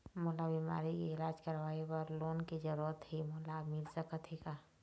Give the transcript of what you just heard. मोला बीमारी के इलाज करवाए बर लोन के जरूरत हे मोला मिल सकत हे का?